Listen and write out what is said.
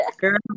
girl